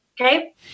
Okay